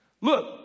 Look